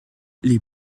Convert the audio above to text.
les